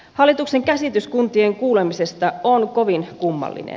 hallituksen käsitys kuntien kuulemisesta on kovin kummallinen